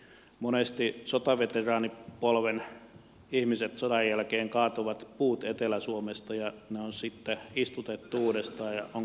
monesti sotaveteraanipolven ihmiset sodan jälkeen kaatoivat puut etelä suomesta ja ne on sitten istutettu uudestaan ja ne ovat kasvaneet